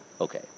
Okay